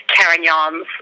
Carignans